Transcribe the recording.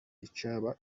icyaba